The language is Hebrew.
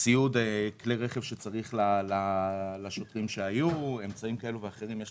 כלי רכב לשוטרים, אמצעים כאלה ואחרים.